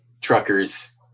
truckers